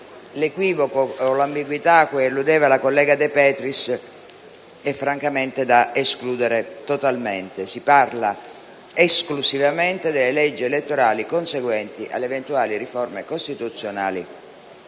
l'equivoco o l'ambiguità cui alludeva la collega De Petris francamente è da escludere totalmente: si parla esclusivamente delle leggi elettorali conseguenti alle eventuali riforme costituzionali